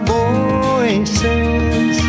voices